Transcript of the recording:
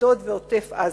אשדוד ועוטף-עזה.